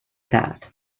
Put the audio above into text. that